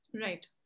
right